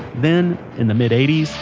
then, in the mid eighty